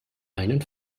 einen